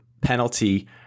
penalty